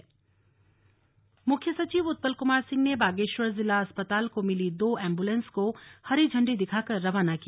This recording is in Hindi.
मुख्य सचिव बागेश्वर मुख्य सचिव उत्पल कुमार सिंह ने बागेश्वर जिला अस्पताल को मिली दो एंबुलेंस को हरी झंडी दिखाकर रवाना किया